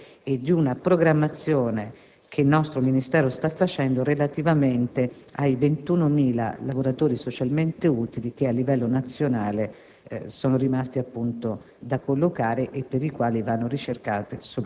quell'incontro diventa importante all'interno di un quadro generale e di una programmazione che il Ministero sta predisponendo in relazione ai 21.000 lavoratori socialmente utili che a livello nazionale